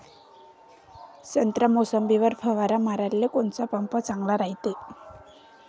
संत्रा, मोसंबीवर फवारा माराले कोनचा पंप चांगला रायते?